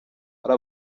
ari